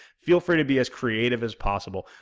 feel free to be as creative as possible.